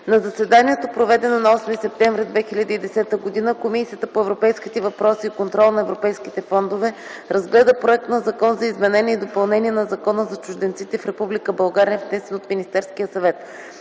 На заседанието, проведено на 8 септември 2010 г., Комисията по европейските въпроси и контрол на европейските фондове разгледа Законопроект за изменение и допълнение на Закона за чужденците в Република България, внесен от Министерския съвет.